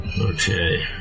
okay